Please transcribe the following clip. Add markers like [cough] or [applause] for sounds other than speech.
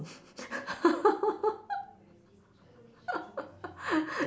[laughs]